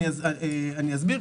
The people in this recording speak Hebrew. אני אסביר,